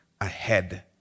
ahead